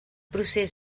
procés